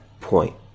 point